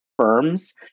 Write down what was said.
firms